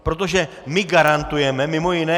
Protože my garantujeme mimo jiné